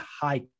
high